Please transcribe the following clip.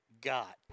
got